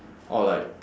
or like